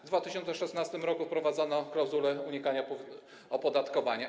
W 2016 r. wprowadzono klauzulę unikania opodatkowania.